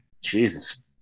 Jesus